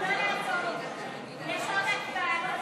התשע"ט 2018,